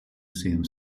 same